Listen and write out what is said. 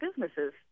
businesses